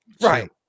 Right